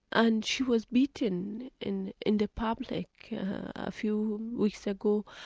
and she was beaten in and public. a few weeks ago,